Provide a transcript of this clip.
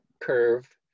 curve